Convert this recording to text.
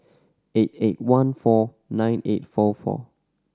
eight eight one four nine eight four four